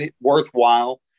worthwhile